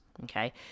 Okay